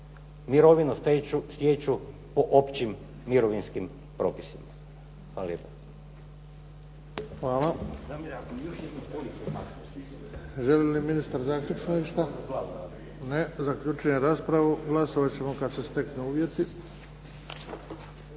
mirovinu stječu po općim mirovinskim propisima. Hvala